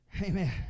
Amen